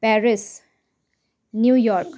Paris New York